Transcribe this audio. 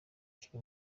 kiri